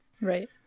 Right